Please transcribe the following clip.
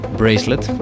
bracelet